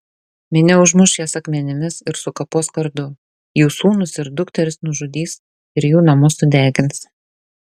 minia užmuš jas akmenimis ir sukapos kardu jų sūnus ir dukteris nužudys ir jų namus sudegins